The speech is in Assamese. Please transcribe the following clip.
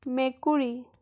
মেকুৰী